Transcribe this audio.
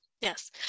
yes